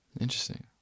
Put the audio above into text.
interesting